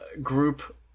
group